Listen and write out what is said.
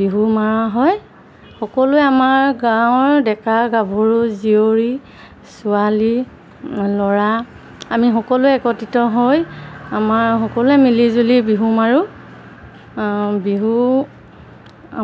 বিহু মৰা হয় সকলোৱে আমাৰ গাঁৱৰ ডেকা গাভৰু জীয়ৰী ছোৱালী ল'ৰা আমি সকলোৱে একত্ৰিত হৈ আমাৰ সকলোৱে মিলি জুলি বিহু মাৰোঁ বিহু